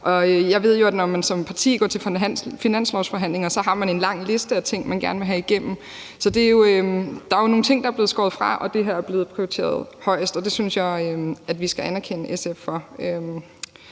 Jeg ved jo, at når man som parti går til finanslovsforhandlinger, har man en lang liste af ting, man gerne vil have igennem, så der er jo nogle ting, der er blevet skåret fra, og det her er blevet prioriteret højest. Det synes jeg vi skal anerkende SF for,